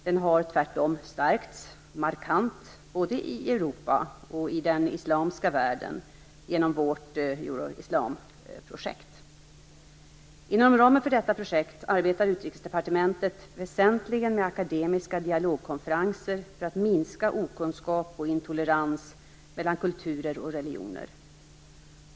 Den har tvärtom stärkts markant både i Europa och i den islamska världen genom vårt Euroislamprojekt. Inom ramen för detta projekt arbetar Utrikesdepartementet väsentligen med akademiska dialogkonferenser för att minska okunskap och intolerans mellan kulturer och religioner.